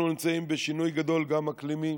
אנחנו נמצאים בשינוי גדול, גם אקלימי,